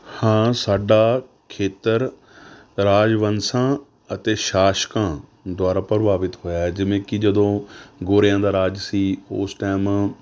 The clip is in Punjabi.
ਹਾਂ ਸਾਡਾ ਖੇਤਰ ਰਾਜਵੰਸ਼ਾਂ ਅਤੇ ਸ਼ਾਸਕਾਂ ਦੁਆਰਾ ਪ੍ਰਭਾਵਿਤ ਹੋਇਆ ਹੈ ਜਿਵੇਂ ਕਿ ਜਦੋਂ ਗੋਰਿਆਂ ਦਾ ਰਾਜ ਸੀ ਉਸ ਟਾਈਮ